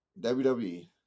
WWE